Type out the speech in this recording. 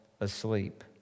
asleep